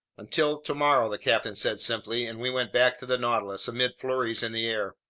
until tomorrow, the captain said simply and we went back to the nautilus, amid flurries in the air.